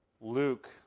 Luke